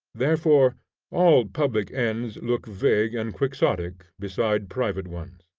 therefore all public ends look vague and quixotic beside private ones.